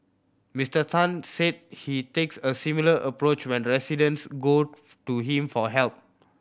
Mister Tan said he takes a similar approach when residents go to him for help